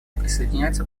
присоединяется